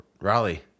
Raleigh